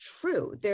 true